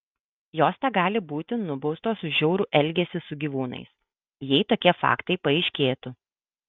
jos tegali būti nubaustos už žiaurų elgesį su gyvūnais jei tokie faktai paaiškėtų